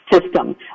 system